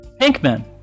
Pinkman